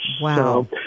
Wow